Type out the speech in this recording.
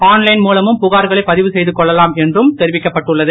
online மூலமும் புகார்களை பதிவு செய்து கொள்ளலாம் என்றும் தெரிவிக்கப்பட்டுள்ளது